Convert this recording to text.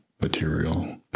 material